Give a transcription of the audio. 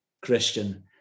Christian